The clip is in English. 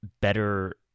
better